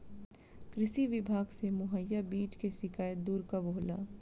कृषि विभाग से मुहैया बीज के शिकायत दुर कब होला?